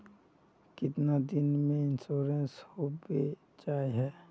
कीतना दिन में इंश्योरेंस होबे जाए है?